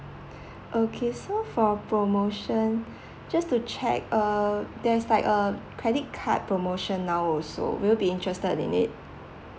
okay so for promotion just to check uh there's like uh credit card promotion now also will you be interested in it